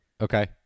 Okay